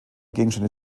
gegenstände